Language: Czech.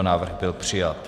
Návrh byl přijat.